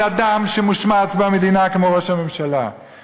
נטו, חוץ מההפרעות שלכם, טוב?